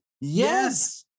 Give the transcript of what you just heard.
Yes